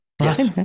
Yes